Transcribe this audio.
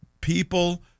people